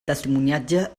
testimoniatge